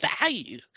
value